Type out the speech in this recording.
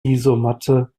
isomatte